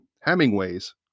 Hemingway's